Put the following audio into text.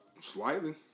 Slightly